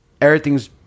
everything's